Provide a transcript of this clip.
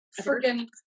freaking